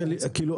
כאילו,